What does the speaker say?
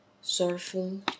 Sorrowful